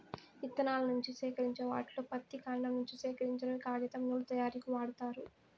ఇత్తనాల నుంచి సేకరించిన వాటిలో పత్తి, కాండం నుంచి సేకరించినవి కాగితం, నూలు తయారీకు వాడతారు